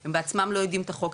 הם בעצם לא יודעים את החוק,